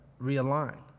realign